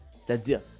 c'est-à-dire